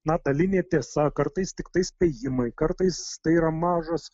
na dalinė tiesa kartais tiktai spėjimai kartais tai yra mažas